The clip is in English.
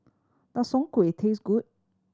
does soon kway taste good